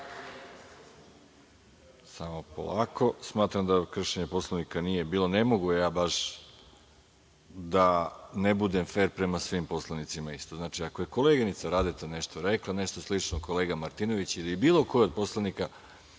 Arsić** Smatram da kršenja Poslovnika nije bilo. Ne mogu ja baš da ne budem fer prema svim poslanicima. Znači, ako je koleginica Radeta nešto rekla, nešto slično kolega Martinović ili bilo ko od poslanika,